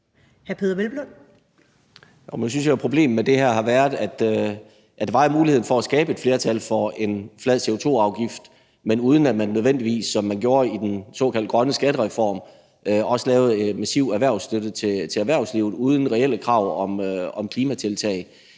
Nu synes jeg, at problemet med det her har været, at der jo var muligheden for at skabe et flertal for en flad CO2-afgift, men uden at man nødvendigvis, som man gjorde i den såkaldt grønne skattereform, også lavede en massiv erhvervsstøtte til erhvervslivet uden reelle krav om klimatiltag.